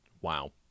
Wow